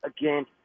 again